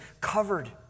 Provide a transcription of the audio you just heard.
covered